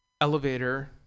elevator